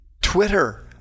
Twitter